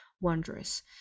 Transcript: wondrous